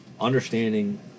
Understanding